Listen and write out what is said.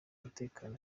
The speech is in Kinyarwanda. umutekano